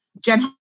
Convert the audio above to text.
Jen